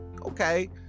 okay